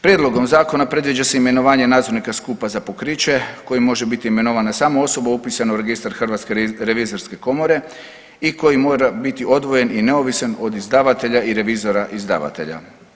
Prijedlogom zakona predviđa se imenovanje nadzornika skupa za pokriće koji može biti imenovan samo osoba upisana u registar Hrvatske revizorske komore i koji mora biti odvojen i neovisan od izdavatelja i revizora izdavatelja.